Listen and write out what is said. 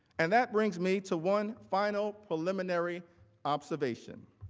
and, that brings me to one, final preliminary observation.